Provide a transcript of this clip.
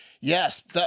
Yes